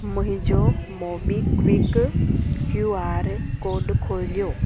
मुंहिंजो MobiKwik Q R code खोलियो